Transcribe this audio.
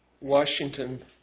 Washington